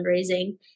fundraising